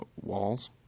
walls